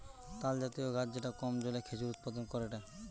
তালজাতীয় গাছ যেটা কম জলে খেজুর উৎপাদন করেটে